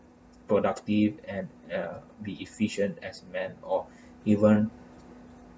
productive and uh be efficient as men or even